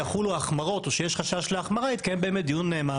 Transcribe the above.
אתה מדבר על הקלה או החמרה לגבי החריגים.